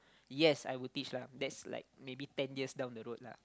yes I will teach lah that's like maybe ten years down the road lah